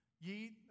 ye